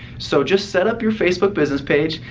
so just set up your facebook business page.